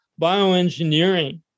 Bioengineering